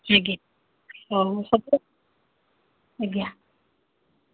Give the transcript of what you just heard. ଆଜ୍ଞା ହଉ ଆଜ୍ଞା